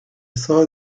saw